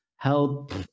help